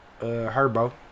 Herbo